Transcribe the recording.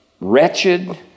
wretched